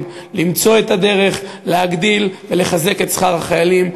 למצוא את הדרך להגדיל ולחזק את שכר החיילים.